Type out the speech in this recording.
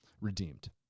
redeemed